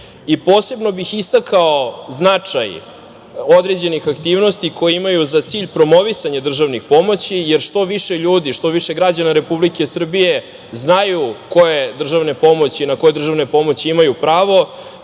Posebno bih istakao značaj određenih aktivnosti koje imaju za cilj promovisanje državnih pomoći, jer što više ljudi, što više građana Republike Srbije znaju na koje državne pomoći imaju prvo,